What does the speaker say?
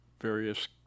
various